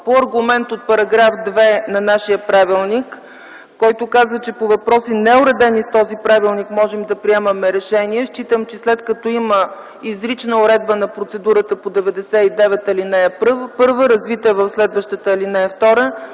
По аргумент от § 2 на нашия правилник, който казва, че по въпроси, неуредени с този правилник, можем да приемаме решение, считам, че след като има изрична уредба на процедурата по чл. 99, ал. 1, развита в следващата ал. 2,